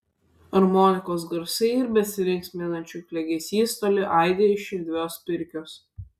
armonikos garsai ir besilinksminančių klegesys toli aidi iš erdvios pirkios